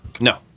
No